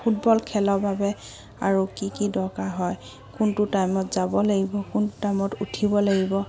football খেলৰ বাবে আৰু কি কি দৰকাৰ হয় কোনটো টাইমত যাব লাগিব কোনটো টাইমত উঠিব লাগিব